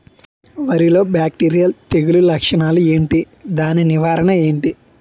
వరి లో బ్యాక్టీరియల్ తెగులు లక్షణాలు ఏంటి? దాని నివారణ ఏంటి?